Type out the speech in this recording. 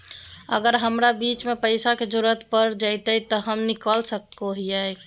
अगर हमरा बीच में पैसे का जरूरत पड़ जयते तो हम निकल सको हीये